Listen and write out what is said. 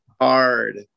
hard